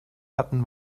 hatten